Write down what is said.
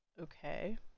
Okay